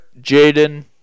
Jaden